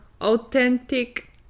authentic